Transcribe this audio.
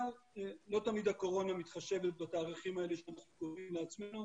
אבל לא תמיד הקורונה מתחשבת בתאריכים האלה שאנחנו קובעים לעצמנו.